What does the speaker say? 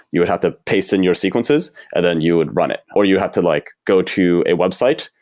you would have to paste in your sequences and then you would run it. or you have to like go to a website,